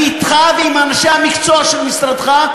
אני אתך ועם אנשי המקצוע של משרדך,